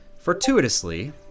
Fortuitously